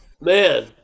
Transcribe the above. man